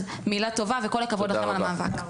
אז מילה טובה, וכל הכבוד לכם על המאבק.